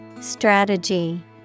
Strategy